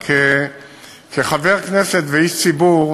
כחבר כנסת ואיש ציבור,